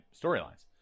storylines